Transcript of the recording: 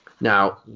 Now